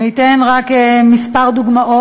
אני אתן רק כמה דוגמאות.